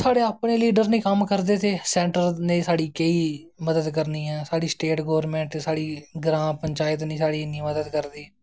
साढ़े अपने लीडर निं कम्म करदे ते सेंटर ने साढ़ी केह् ई मदद करनी ऐ साढ़ी स्टेट गोरमैंट साढ़ी ग्रां पंचायत निं साढ़ी इन्नी मदद करदी